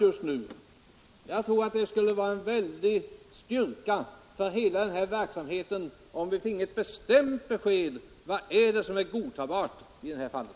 Jag tror att det skulle vara en väldig styrka om vi finge ett bestämt besked på den punkten.